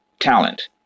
Talent